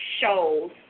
shows